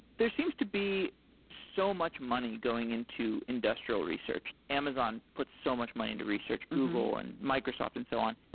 there seems to be so much money going into industrial research, like amazon puts so much money into research, google, and microsoft and so on.